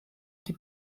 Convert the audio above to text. die